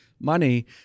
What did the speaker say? money